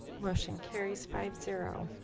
motion carries five zero